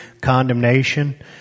condemnation